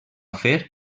per